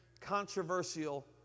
controversial